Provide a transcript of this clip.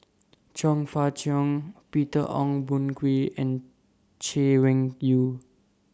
Chong Fah Cheong Peter Ong Boon Kwee and Chay Weng Yew